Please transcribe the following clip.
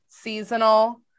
seasonal